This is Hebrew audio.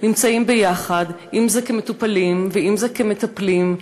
נמצאים ביחד, אם כמטופלים ואם כמטפלים.